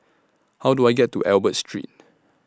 How Do I get to Albert Street